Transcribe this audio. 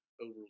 overly